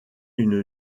une